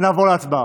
ונעבור להצבעה.